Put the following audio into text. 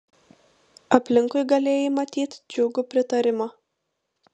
aplinkui galėjai matyt džiugų pritarimą